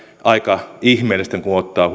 aika ihmeellistä kun ottaa